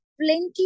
plenty